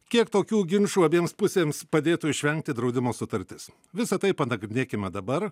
kiek tokių ginčų abiems pusėms padėtų išvengti draudimo sutartis visa tai panagrinėkime dabar